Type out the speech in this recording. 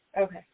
Okay